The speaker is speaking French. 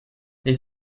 les